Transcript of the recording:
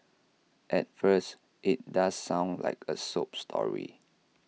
at first IT does sound like A sob story